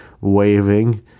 waving